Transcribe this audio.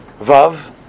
Vav